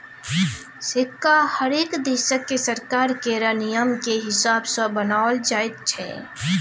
सिक्का हरेक देशक सरकार केर नियमकेँ हिसाब सँ बनाओल जाइत छै